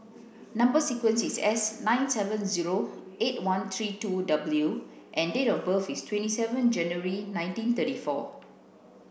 number sequence is S nine seven zero eight one three two W and date of birth is twenty seven January nineteen thirty four